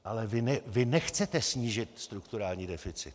Ale vy nechcete snížit strukturální deficit.